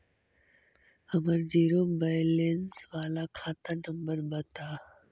हमर zero balance बाला खाता नम्बर बत?